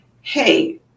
hey